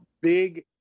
big